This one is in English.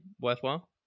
worthwhile